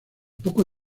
poco